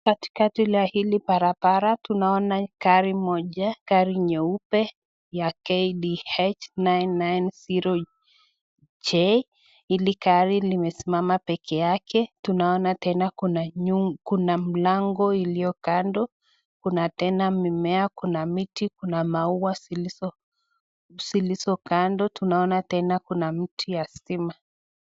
Katikati la hili barabara, tunaona gari moja, gari nyeupe ya KDH 990J .Hili gari limesimama peke yake, tunaona tena kuna mlango iliyo kando, kuna tena mimea, kuna miti, kuna maua zilizo kando. Tunaona tena kuna mti ya stima.